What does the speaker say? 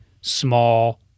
small